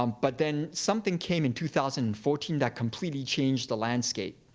um but then something came in two thousand and fourteen that completely changed the landscape.